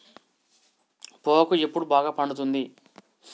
పొగాకు ఎప్పుడు బాగా పండుతుంది?